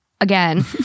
Again